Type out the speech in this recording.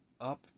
up